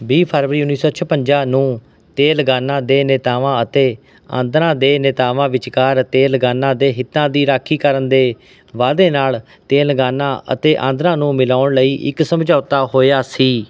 ਵੀਹ ਫਰਵਰੀ ਉੱਨੀ ਸੌ ਛਪੰਜਾ ਨੂੰ ਤੇਲੰਗਾਨਾ ਦੇ ਨੇਤਾਵਾਂ ਅਤੇ ਆਂਧਰਾ ਦੇ ਨੇਤਾਵਾਂ ਵਿਚਕਾਰ ਤੇਲੰਗਾਨਾ ਦੇ ਹਿੱਤਾਂ ਦੀ ਰਾਖੀ ਕਰਨ ਦੇ ਵਾਅਦੇ ਨਾਲ ਤੇਲੰਗਾਨਾ ਅਤੇ ਆਂਧਰਾ ਨੂੰ ਮਿਲਾਉਣ ਲਈ ਇੱਕ ਸਮਝੌਤਾ ਹੋਇਆ ਸੀ